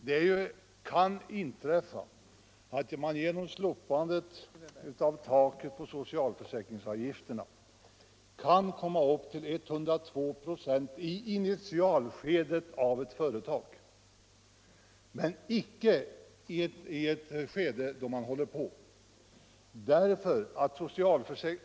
Det kan inträffa att man genom slopandet av taket på socialförsäkringsavgifterna kommer upp till 102 96 i initialskedet av ett företags verksamhet men icke sedan företaget kommit över detta stadium.